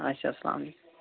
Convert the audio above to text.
اچھا سلامُ علیکم